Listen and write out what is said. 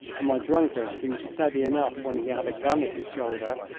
and my drunkard seemed steady enough when he had a gun at his shoulder.